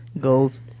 Goals